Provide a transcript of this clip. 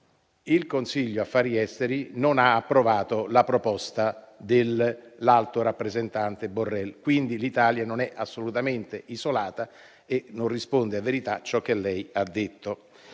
Il Consiglio affari esteri non ha approvato la proposta dell'alto rappresentante Borrell. Quindi, l'Italia non è assolutamente isolata e non risponde a verità ciò che l'interrogante